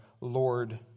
Lord